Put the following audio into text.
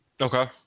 Okay